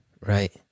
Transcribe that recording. right